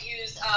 use